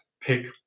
pick